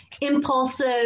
impulsive